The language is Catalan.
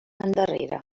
endarrere